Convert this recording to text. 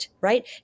right